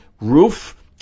roof